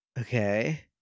Okay